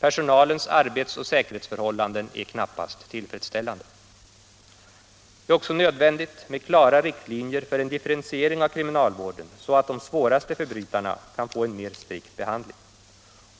Personalens arbets och säkerhetsförhållanden är knappast tillfredsställande. Det är också nödvändigt med klara riktlinjer för en differentiering av kriminalvården, så att de svåraste förbrytarna får en mer strikt behandling.